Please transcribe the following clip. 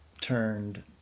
turned